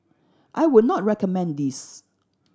I would not recommend this